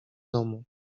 domu